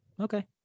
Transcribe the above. okay